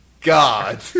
god